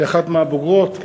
כאחת מהבוגרות.